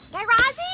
yeah razzie?